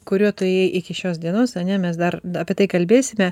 kuriuo tu ėjai iki šios dienos ane mes dar apie tai kalbėsime